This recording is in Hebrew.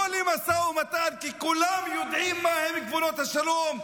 לא למשא ומתן, כי כולם יודעים מהם גבולות השלום,